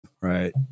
Right